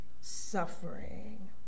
suffering